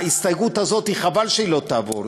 ההסתייגות הזו, חבל שהיא לא תעבור.